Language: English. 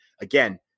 again